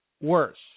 worse